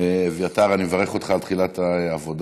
אביתר, אני מברך אותך על תחילת העבודה.